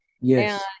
Yes